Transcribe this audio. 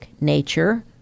nature